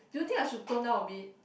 do you think I should tone down a bit